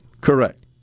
Correct